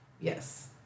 yes